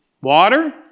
water